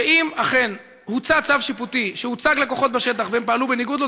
שאם אכן הוצא צו שיפוטי והוצג לכוחות בשטח והם פעלו בניגוד לו,